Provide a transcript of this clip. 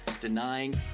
denying